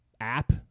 app